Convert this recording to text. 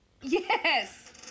Yes